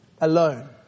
alone